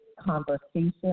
conversation